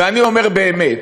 ואני אומר באמת,